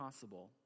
possible